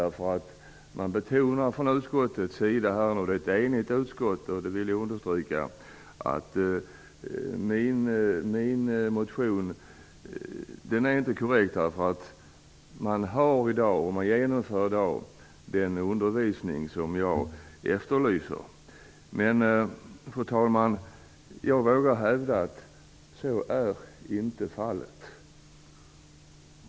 Utskottet betonar - och jag vill understryka att det är ett enigt utskott - att min motion inte är korrekt eftersom man i dag genomför den undervisning som jag efterlyser. Men, fru talman, jag vågar hävda att så inte är fallet.